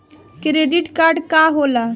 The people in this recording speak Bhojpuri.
क्रेडिट कार्ड का होला?